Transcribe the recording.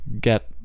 get